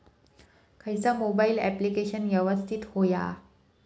खयचा mobile application यवस्तित होया?